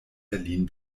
berlin